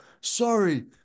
sorry